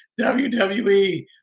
WWE